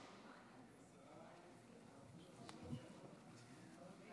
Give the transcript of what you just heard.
ערב טוב, אדוני